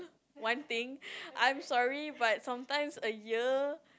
one thing I'm sorry but sometimes a year